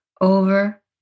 over